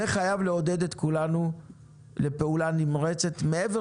זה חייב לעודד את כולנו לפעולה נמרצת מעבר